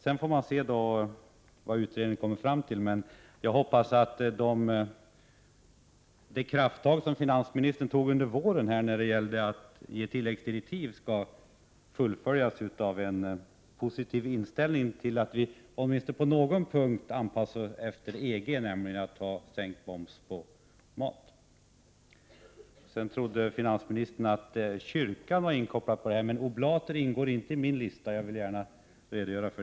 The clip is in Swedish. Vi får väl se vad utredningen kommer fram till, men jag hoppas att de krafttag som finansministern tog under våren när det gällde att ge tilläggsdirektiv skall följas av en positiv inställning så att vi åtminstone på en punkt anpassar oss efter EG — att sänka momsen på mat. Finansministern trodde att kyrkan på något sätt var inkopplad på detta. Oblat ingår emellertid inte i min lista — det vill jag gärna deklarera.